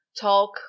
talk